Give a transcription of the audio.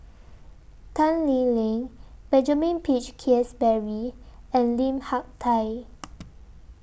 Tan Lee Leng Benjamin Peach Keasberry and Lim Hak Tai